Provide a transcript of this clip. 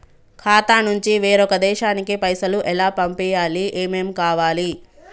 ఖాతా నుంచి వేరొక దేశానికి పైసలు ఎలా పంపియ్యాలి? ఏమేం కావాలి?